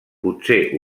potser